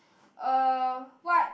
uh what